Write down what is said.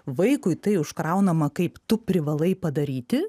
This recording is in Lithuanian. vaikui tai užkraunama kaip tu privalai padaryti